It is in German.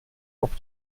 auf